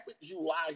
July